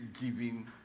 giving